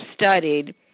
studied